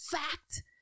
fact